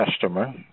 customer